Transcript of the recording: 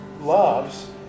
loves